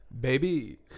baby